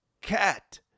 cat